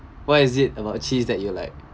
what is it about cheese that you like